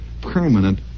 permanent